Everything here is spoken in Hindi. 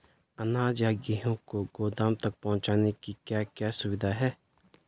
अनाज या गेहूँ को गोदाम तक पहुंचाने की क्या क्या सुविधा है?